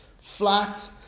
Flat